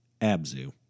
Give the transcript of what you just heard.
Abzu